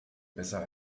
besser